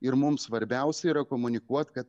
ir mums svarbiausia yra komunikuot kad